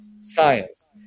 science